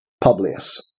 Publius